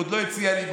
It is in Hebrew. והוא עוד לא הציע לי,